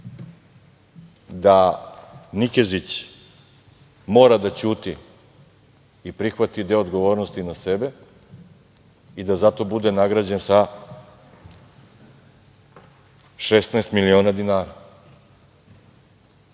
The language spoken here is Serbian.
da Nikezić mora da ćuti i prihvati deo odgovornosti na sebe i da zato bude nagrađen sa 16 miliona dinara?O